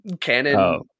canon